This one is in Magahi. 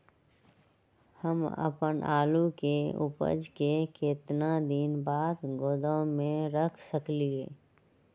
हम अपन आलू के ऊपज के केतना दिन बाद गोदाम में रख सकींले?